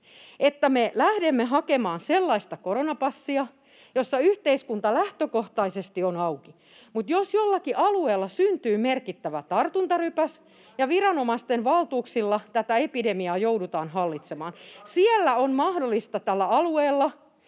että me lähdemme hakemaan sellaista koronapassia, jossa yhteiskunta lähtökohtaisesti on auki, mutta jos jollakin alueella syntyy merkittävä tartuntarypäs ja viranomaisten valtuuksilla tätä epidemiaa joudutaan hallitsemaan, [Mauri Peltokangas: